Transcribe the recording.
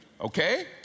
okay